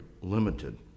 limited